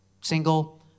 single